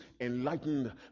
enlightened